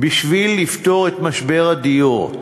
בשביל לפתור את משבר הדיור,